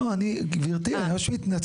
לא, לא, אני, גברתי, אני ממש מתנצל.